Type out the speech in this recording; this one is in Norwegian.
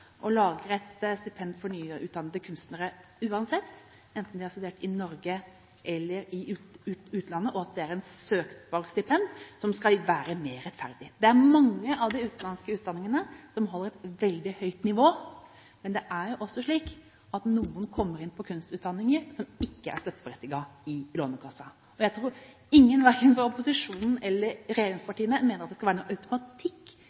lager et stipend for nyutdannede kunstnere uansett, enten de har studert i Norge eller i utlandet. Det er et søkbart stipend som skal være mer rettferdig. Det er mange av de utenlandske utdanningene som holder et veldig høyt nivå, men det er også slik at noen kommer inn på kunstutdanninger som ikke er støtteberettiget i Lånekassen. Jeg tror ingen, verken fra opposisjonen eller regjeringspartiene, mener at det skal være noen automatikk